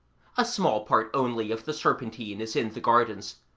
a small part only of the serpentine is in the gardens,